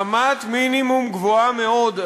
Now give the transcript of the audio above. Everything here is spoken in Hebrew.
רמת מינימום גבוהה מאוד,